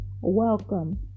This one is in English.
Welcome